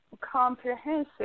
comprehensive